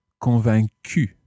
convaincu